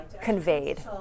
conveyed